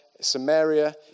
Samaria